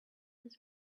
this